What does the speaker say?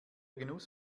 genuss